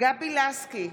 גבי לסקי,